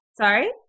sorry